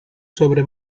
sobre